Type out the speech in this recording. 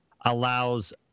allows